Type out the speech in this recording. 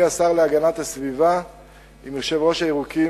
השר להגנת הסביבה עם יושב-ראש הירוקים,